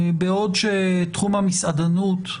בעוד שתחום המסעדנות,